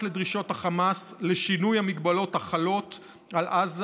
לדרישות החמאס לשינוי ההגבלות החלות על עזה.